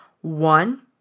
One